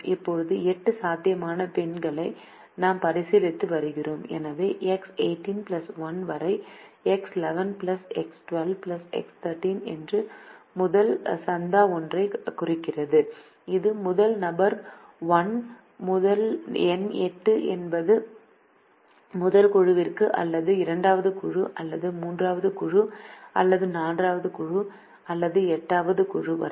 இப்போது 8 சாத்தியமான பின்களை நாம் பரிசீலித்து வருகிறோம் எனவே எக்ஸ் 18 1 வரை எக்ஸ் 11 எக்ஸ் 12 எக்ஸ் 13 என்பது முதல் சந்தா ஒன்றைக் குறிக்கிறது இது முதல் நம்பர் ஒன் முதல் எண் 8 என்பது முதல் குழுவிற்கு அல்லது இரண்டாவது குழு அல்லது மூன்றாவது குழு அல்லது நான்காவது குழு அல்லது எட்டாவது குழு வரை